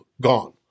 gone